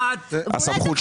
זה